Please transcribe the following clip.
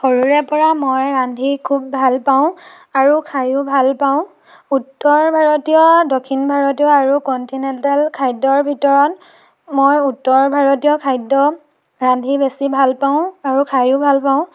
সৰুৰে পৰা মই ৰান্ধি খুব ভাল পাওঁ আৰু খায়ো ভাল পাওঁ উত্তৰ ভাৰতীয় দক্ষিণ ভাৰতীয় আৰু কণ্টিনেণ্টেল খাদ্যৰ ভিতৰত মই উত্তৰ ভাৰতীয় খাদ্য ৰান্ধি বেছি ভাল পাওঁ আৰু খায়ো ভাল পাওঁ